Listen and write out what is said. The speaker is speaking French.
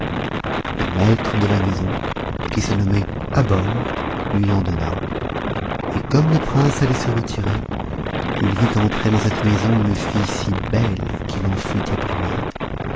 le maître de la maison qui se nommait abor lui en donna et comme le prince allait se retirer il vit entrer dans cette maison une fille si belle qu'il en fut